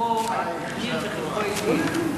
שחלקו החמיר וחלקו היטיב.